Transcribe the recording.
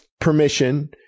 permission